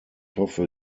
hoffe